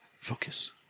Focus